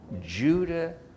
Judah